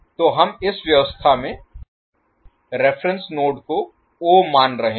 तो हम इस व्यवस्था में रेफेरेंस नोड को o मान रहे हैं